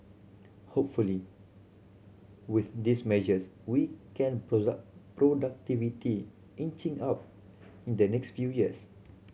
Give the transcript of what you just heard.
hopefully with these measures we can productivity inching up in the next few years